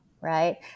right